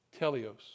Telios